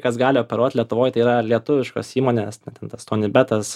kas gali operuot lietuvoj tai yra lietuviškos įmonės ten tas tonibetas